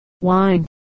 wine